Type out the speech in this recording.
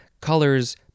colors